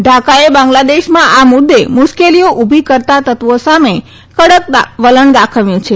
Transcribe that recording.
ઢાકાએ બાંગ્લાદેશમાં આ મુદ્દે મુશ્કેલીઓ ઊભી કરતા તરૂવો સામે કડક વલણ દાખવ્યું છે